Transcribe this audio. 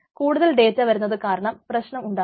കൂടുതൽ ഡേറ്റാവരുന്നതു കാരണം പ്രശ്നം ഉണ്ടാകും